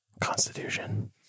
Constitution